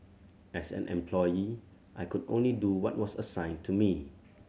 as an employee I could only do what was assigned to me